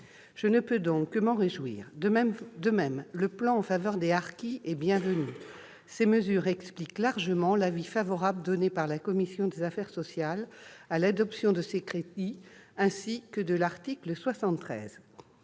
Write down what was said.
Je ne peux donc que m'en réjouir. De même, le plan en faveur des harkis est bienvenu. Ces mesures expliquent largement l'avis favorable donné par la commission des affaires sociales à l'adoption des crédits de la mission,